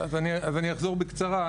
אז אני אחזור בקצרה,